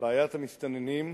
בעיית המסתננים,